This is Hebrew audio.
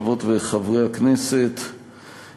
חברות וחברי הכנסת,